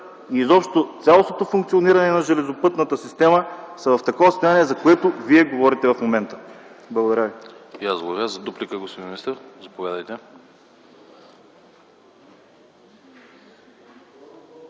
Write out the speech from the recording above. и изобщо цялостното функциониране на железопътната система са в такова състояние, за което Вие говорите в момента. Благодаря ви.